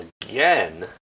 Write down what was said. again